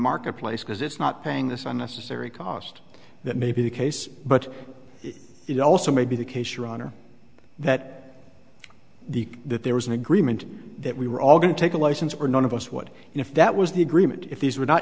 marketplace because it's not paying this unnecessary cost that may be the case but it also may be the case your honor that the that there was an agreement that we were all going to take a license or none of us what if that was the agreement if these were not